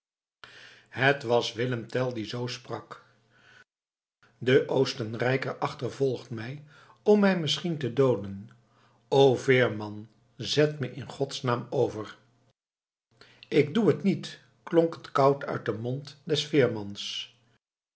het was willem tell die zoo sprak de oostenrijker achtervolgt mij om mij misschien te dooden o veerman zet me in godsnaam over ik doe het niet klonk het koud uit den mond des veermans